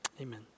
amen